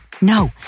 no